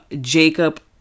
Jacob